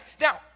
Now